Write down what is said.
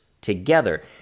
together